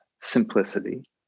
simplicity